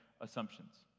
assumptions